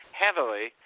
heavily